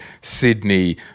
Sydney